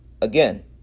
Again